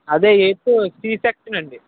అదే eighth C section అండి